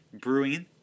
brewing